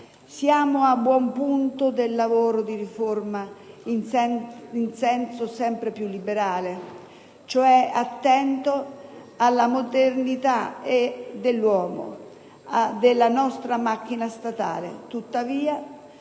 Siamo a buon punto nel lavoro di riforma in senso sempre più liberale, cioè attento alla modernità dell'uomo e della nostra macchina statale.